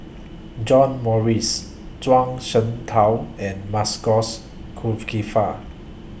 John Morrice Zhuang Shengtao and Masagos Zulkifli